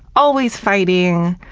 always fighting.